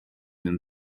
den